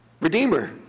Redeemer